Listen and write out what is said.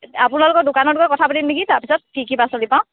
আপোনালোকৰ দোকানত গৈ কথা পাতিম নেকি তাৰপিছত কি কি পাচলি পাওঁ